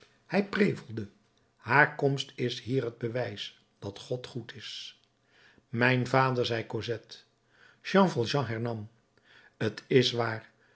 hij prevelde haar komst hier is het bewijs dat god goed is mijn vader zei cosette jean valjean hernam t is waar